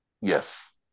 Yes